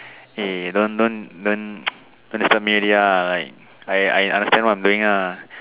hey don't don't don't disturb me already ah like I I understand what I'm doing ah